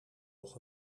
nog